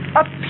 up